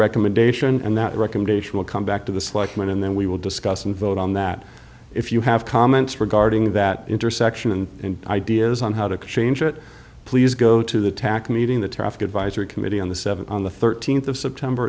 recommendation and that recommendation will come back to the selection and then we will discuss and vote on that if you have comments regarding that intersection and ideas on how to change it please go to the tac meeting the traffic advisory committee on the seventh on the thirteenth of september